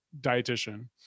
dietitian